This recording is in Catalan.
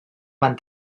van